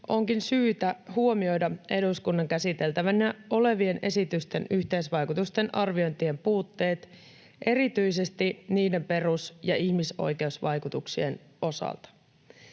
onkin syytä huomioida eduskunnan käsiteltävänä olevien esitysten yhteisvaikutusten arviointien puutteet erityisesti niiden perus- ja ihmisoikeusvaikutuksien osalta.